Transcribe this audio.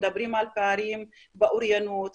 מדברים על פערים באוריינות,